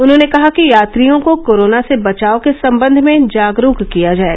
उन्होंने कहा कि यात्रियों को कोरोना से बचाव के सम्बंध में जागरूक किया जाए